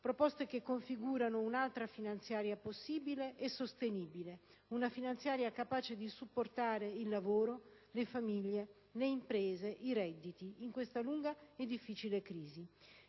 proposte che configurano un'altra finanziaria possibile e sostenibile, una finanziaria capace di supportare il lavoro, le famiglie, le imprese, i redditi in questa lunga e difficile crisi.